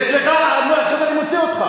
הנושא הוא חשוב.